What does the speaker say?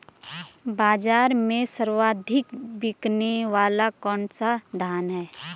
बाज़ार में सर्वाधिक बिकने वाला कौनसा धान है?